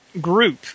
group